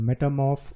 Metamorph